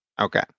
Okay